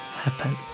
happen